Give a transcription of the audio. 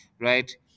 right